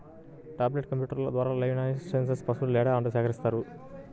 tablet కంప్యూటర్ల ద్వారా livestock census పశువుల డేటాను సేకరించారు